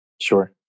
Sure